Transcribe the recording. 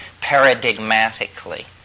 paradigmatically